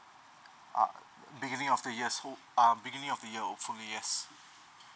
uh begings of the year so uh begings of the year hopefully yes